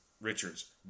Richards